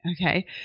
Okay